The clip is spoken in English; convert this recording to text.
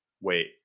wait